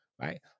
right